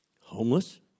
Homeless